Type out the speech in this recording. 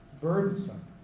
burdensome